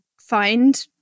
find